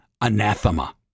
anathema